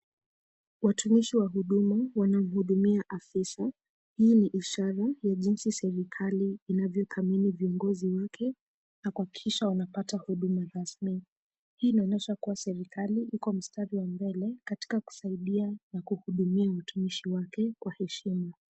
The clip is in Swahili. Watumishi wa huduma, wanamhudumia afisa. Hii ni ishara ya jinsi serikali inavyothamini viongozi wake na kuhakikisha wamepata huduma rasmi. Hii inaonyesha kuwa serikali iko mstari wa mbele katika kusaidia na kuhudumia mtumishi wake kwa heshima.